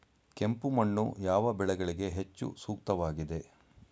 ಕೆಂಪು ಮಣ್ಣು ಯಾವ ಬೆಳೆಗಳಿಗೆ ಹೆಚ್ಚು ಸೂಕ್ತವಾಗಿದೆ?